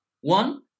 one